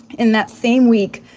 in that same week,